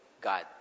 God